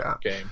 game